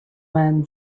man